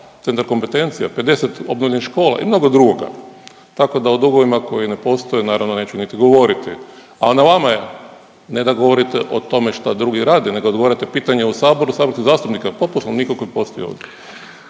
Centar kompetencija, 50 obnovljenih škola i mnogo drugoga, tako da o dugovima koji ne postoje naravno neću niti govoriti. A na vama je ne da govorite o tome šta drugi rade nego da odgovarate na pitanja u Saboru saborskog zastupnika po poslovniku koji postoji ovdje.